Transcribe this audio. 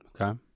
Okay